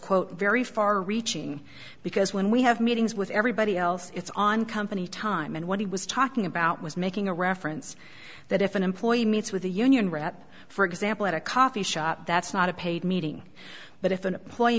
quote very far reaching because when we have meetings with everybody else it's on company time and when he was talking about was making a reference that if an employee meets with the union rep for example at a coffee shop that's not a paid meeting but if an employ